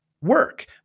work